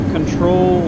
Control